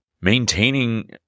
Maintaining